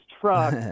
truck